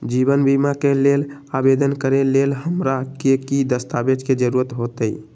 जीवन बीमा के लेल आवेदन करे लेल हमरा की की दस्तावेज के जरूरत होतई?